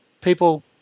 people